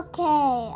Okay